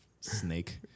snake